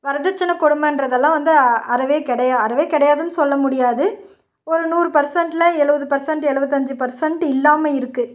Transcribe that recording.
வரதட்சணை கொடுமைன்றதெல்லாம் வந்து அறவே கிடையா அறவே கிடையாதுன்னு சொல்ல முடியாது ஒரு நூறு பர்சண்ட்டில் எழுபது பர்சண்ட் எழுபத்தஞ்சி பர்சண்ட் இல்லாமல் இருக்குது